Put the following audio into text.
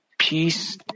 peace